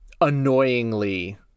annoyingly